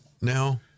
now